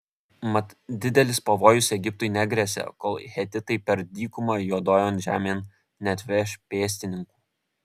mat didelis pavojus egiptui negresia kol hetitai per dykumą juodojon žemėn neatveš pėstininkų